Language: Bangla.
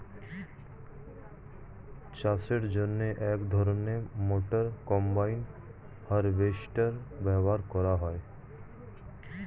চাষের জন্য এক ধরনের মোটর কম্বাইন হারভেস্টার ব্যবহার করা হয়